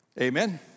amen